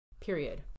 period